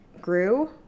grew